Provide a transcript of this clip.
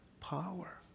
power